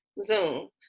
Zoom